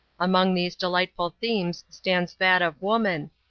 among these delightful themes stands that of woman,